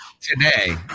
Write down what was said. Today